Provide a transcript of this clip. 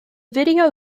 video